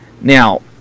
Now